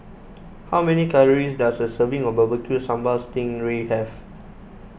how many calories does a serving of Barbecue Sambal Sting Ray have